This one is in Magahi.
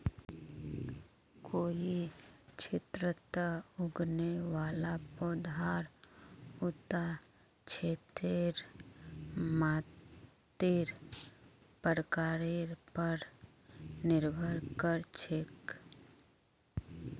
कोई क्षेत्रत उगने वाला पौधार उता क्षेत्रेर मातीर प्रकारेर पर निर्भर कर छेक